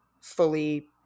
fully